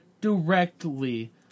directly